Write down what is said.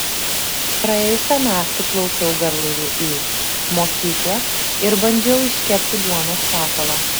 praėjusią naktį plaukiau garlaiviu į mokyklą ir bandžiau iškepti duonos kepalą